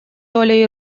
долей